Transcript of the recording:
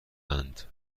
اند